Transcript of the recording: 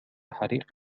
حريق